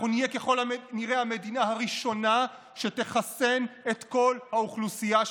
אנחנו נהיה ככל הנראה המדינה הראשונה שתחסן את כל האוכלוסייה שלה.